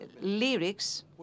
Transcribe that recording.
lyrics